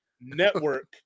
network